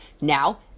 Now